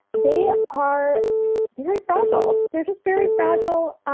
they are very fragile. they're just very fragile.